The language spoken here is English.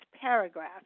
paragraph